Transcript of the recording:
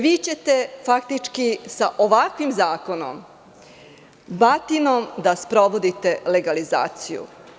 Vi ćete sa ovakvim zakonom batinom da sprovodite legalizaciju.